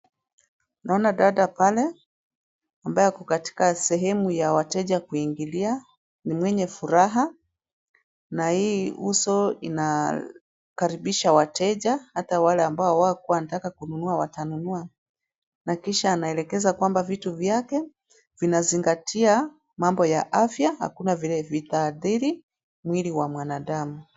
Naona dada pale, ambaye ako katika sehemu ya wateja kuingilia, ni mwenye furaha, na hii uso inakaribisha wateja, hata wale ambao hawakuwa wanataka kununua, watanunua, na kisha anaelekeza kwamba, vitu zake vinazingatia mambo ya afia na hakuna venye zitaathiri mwili wa binadamu.